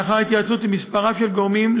לאחר התייעצות עם מספר רב של גורמים,